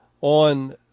on